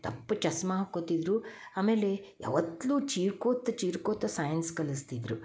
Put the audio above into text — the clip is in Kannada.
ದಪ್ಪು ಚಸ್ಮ ಹಾಕೊತಿದ್ದರು ಆಮೇಲೆ ಯಾವತ್ಲು ಚೀರ್ಕೋತ್ತ ಚೀರ್ಕೋತ್ತ ಸೈನ್ಸ್ ಕಲಿಸ್ತಿದ್ದರು